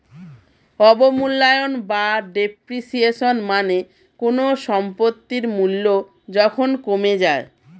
অবমূল্যায়ন বা ডেপ্রিসিয়েশন মানে কোনো সম্পত্তির মূল্য যখন কমে যায়